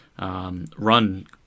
run